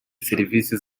serivisi